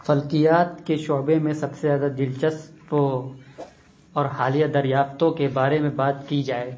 فلکیات کے شعبے میں سب سے زیادہ دلچسپ اور حالیہ دریافتوں کے بارے میں بات کی جائے